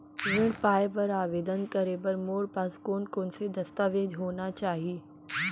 ऋण पाय बर आवेदन करे बर मोर पास कोन कोन से दस्तावेज होना चाही?